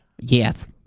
Yes